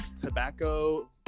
tobacco